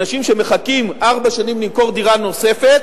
אנשים שמחכים ארבע שנים למכור דירה נוספת,